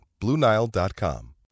BlueNile.com